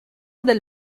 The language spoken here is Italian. del